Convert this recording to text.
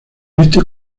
este